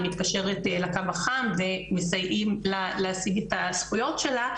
היא מתקשרת לקו החם ומסייעים לה להשיג את הזכויות שלה,